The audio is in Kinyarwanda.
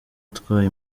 atwaye